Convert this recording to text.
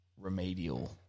remedial